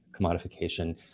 commodification